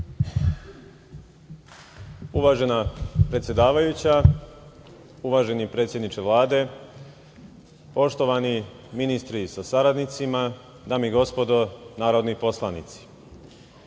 Uvažena predsedavajuća, uvaženi predsedniče Vlade, poštovani ministre sa saradnicima, dame i gospodo narodni poslanici,